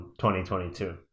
2022